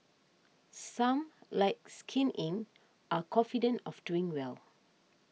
some like Skin Inc are confident of doing well